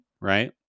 right